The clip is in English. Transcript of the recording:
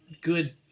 good